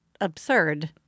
absurd